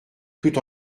tout